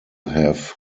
have